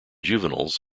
juveniles